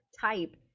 type